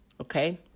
okay